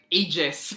ages